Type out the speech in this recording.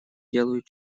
делают